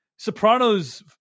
Sopranos